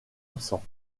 absent